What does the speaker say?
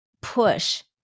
push